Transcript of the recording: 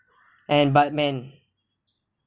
and but man